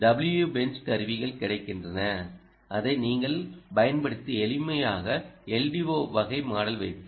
WEbench கருவிகள் கிடைக்கின்றன அதை நீங்கள் பயன்படுத்தி எளிமையாக LDO வகை மாடல் வைத்து